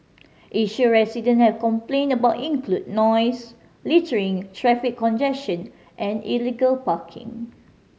issue resident have complained about include noise littering traffic congestion and illegal parking